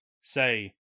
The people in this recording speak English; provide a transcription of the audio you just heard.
say